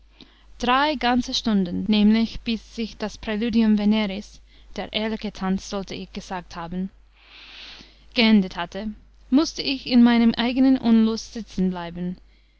drei ganzer stunden nämlich bis sich das praeludium veneris der ehrliche tanz sollte ich gesagt haben geendet hatte mußte ich in meinem eigenen unlust sitzen bleiben